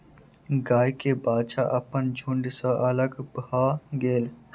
गाय के बाछा अपन झुण्ड सॅ अलग भअ गेल